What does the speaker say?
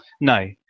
no